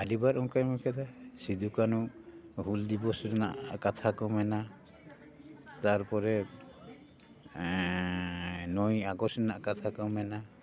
ᱟᱹᱰᱤᱵᱟᱨ ᱚᱱᱠᱟᱧ ᱢᱮᱱ ᱟᱠᱟᱫᱟ ᱥᱤᱫᱩ ᱠᱟᱱᱩ ᱦᱩᱞ ᱫᱤᱵᱚᱥ ᱨᱮᱱᱟᱜ ᱠᱛᱷᱟ ᱠᱚ ᱢᱮᱱᱟ ᱛᱟᱨᱯᱚᱨᱮ ᱱᱚᱭᱮᱭ ᱟᱜᱚᱥᱴ ᱨᱮᱱᱟᱜ ᱠᱟᱛᱷᱟ ᱠᱚ ᱢᱮᱱᱟ